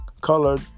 colored